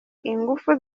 inguvu